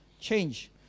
change